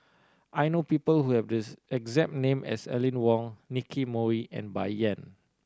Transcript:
I know people who have the exact name as Aline Wong Nicky Moey and Bai Yan